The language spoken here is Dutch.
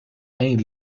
één